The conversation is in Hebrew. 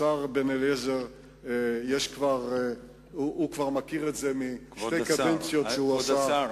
השר בן-אליעזר כבר מכיר את זה משתי קדנציות שהוא עבר.